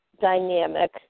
dynamic